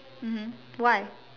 mmhmm why